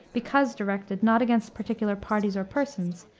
because directed, not against particular parties or persons,